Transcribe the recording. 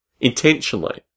intentionally